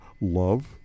love